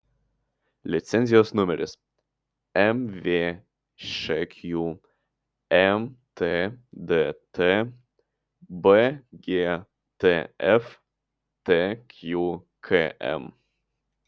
licenzijos numeris mvšq mtdt bgtf tqkm